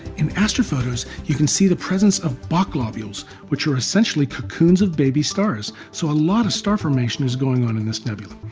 in astrophotos, you can see the presence of bok globules which are essentially cocoons of baby stars, so a lot of star formation is going on in this nebula.